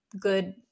good